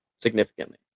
significantly